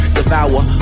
Devour